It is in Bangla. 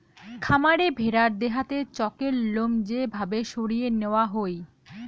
খামারে ভেড়ার দেহাতে চকের লোম যে ভাবে সরিয়ে নেওয়া হই